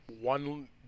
one